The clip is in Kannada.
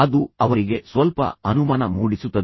ಅದು ಅವರಿಗೆ ಸ್ವಲ್ಪ ಅನುಮಾನ ಮೂಡಿಸುತ್ತದೆ